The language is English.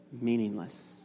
meaningless